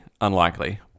unlikely